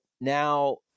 now